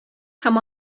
һәм